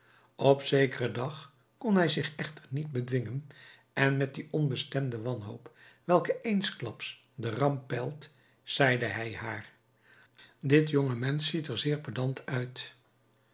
op zekeren dag kon hij zich echter niet bedwingen en met die onbestemde wanhoop welke eensklaps de ramp peilt zeide hij haar dit jonge mensch ziet er zeer pedant uit